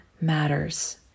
matters